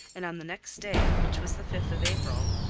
and on the next day, which was the fifth of april,